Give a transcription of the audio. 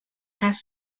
had